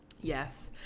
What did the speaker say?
yes